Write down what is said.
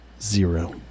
zero